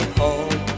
home